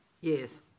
Yes